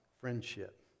friendship